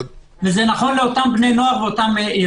וגם לבני הנוער והארגונים.